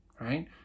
Right